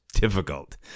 difficult